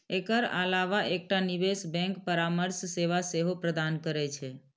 एकर अलावा एकटा निवेश बैंक परामर्श सेवा सेहो प्रदान करै छै